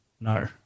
No